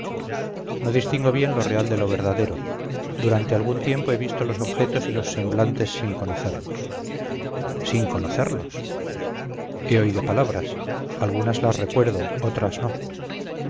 no distingo bien lo real de lo verdadero durante algún tiempo he visto los objetos y los semblantes sin conocerlos sin conocerlos he oído palabras algunas las recuerdo otras no